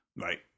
Right